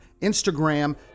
Instagram